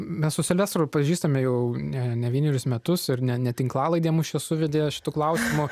mes su silvestru pažįstame jau ne ne vienerius metus ir ne ne tinklalaidė mus čia suvedė šituo klausimu